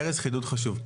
ארז חידוד חשוב.